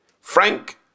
Frank